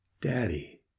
Daddy